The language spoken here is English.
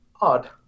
odd